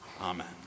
Amen